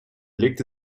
legte